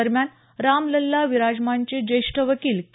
दरम्यान राम लल्ला विराजमान चे ज्येष्ठ वकील के